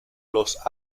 los